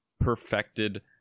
perfected